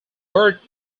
bert